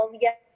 yes